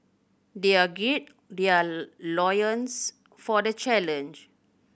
their gird their loins for the challenge